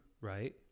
right